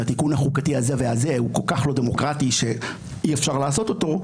התיקון החוקתי הזה והזה הוא כל כך לא דמוקרטי שאי-אפשר לעשות אותו,